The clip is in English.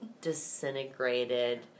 Disintegrated